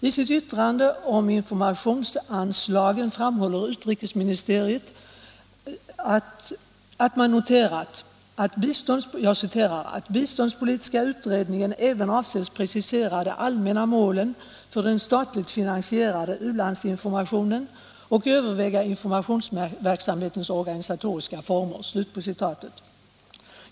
I sitt yttrande om informationsanslagen framhåller utrikesutskottet att man ”noterat att biståndspolitiska utredningen även avses precisera de allmänna målen för den statligt finansierade u-landsinformationen och överväga informationsverksamhetens organisatoriska former”.